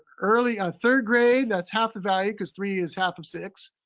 early ah third grade, that's half the value cause three is half of six.